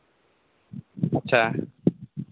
ᱟᱪᱪᱷᱟ